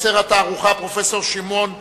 פרופסור שמעון רודניצקי,